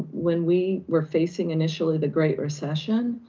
when we were facing initially the great recession,